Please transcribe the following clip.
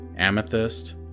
Amethyst